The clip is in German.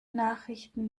nachrichten